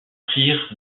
prirent